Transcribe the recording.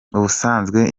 ubusanzwe